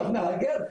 שאנחנו נהגר?